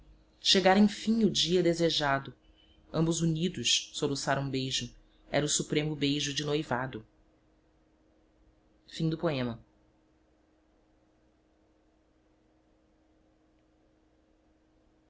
chegara enfim o dia desejado ambos unidos soluçara um beijo era o supremo beijo de noivado no